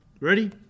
Ready